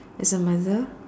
as a mother